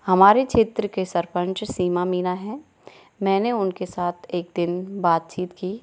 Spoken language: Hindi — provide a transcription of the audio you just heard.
हमारे क्षेत्र के सरपंच सीमा मीना है मैंने उन के साथ एक दिन बातचीत की